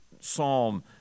psalm